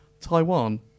Taiwan